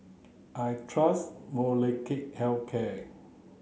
I trust Molnylcke health care